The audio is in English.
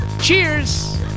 Cheers